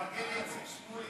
כבוד השר, תפרגן לאיציק שמולי.